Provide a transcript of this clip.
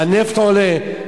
הנפט עולה.